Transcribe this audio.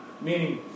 meaning